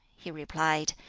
he replied,